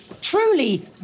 truly